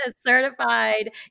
certified